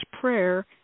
prayer